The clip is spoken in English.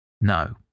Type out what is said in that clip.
No